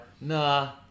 Nah